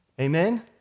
Amen